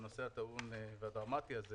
בנושא הטעון והדרמטי הזה